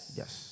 yes